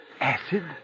Acid